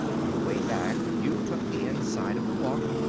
on the way back you took the inside of the walk,